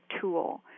tool